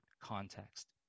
context